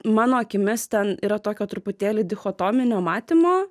mano akimis ten yra tokio truputėlį dichotominio matymo